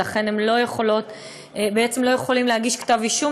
ולכן הן לא יכולות להגיש כתב אישום,